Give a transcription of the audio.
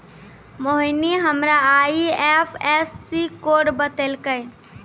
मोहिनी हमरा IFSC code बतैलकै